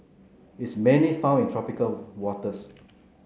it's mainly found in tropical waters